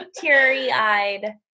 teary-eyed